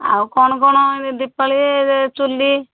ଆଉ କ'ଣ କ'ଣ ଦୀପାଳି ଚୁଲି